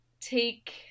take